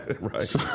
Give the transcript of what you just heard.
Right